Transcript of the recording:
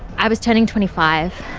i was turning twenty five.